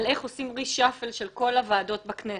איך עושים reshuffle של כל הוועדות בכנסת.